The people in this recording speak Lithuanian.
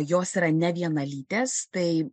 jos yra nevienalytės tai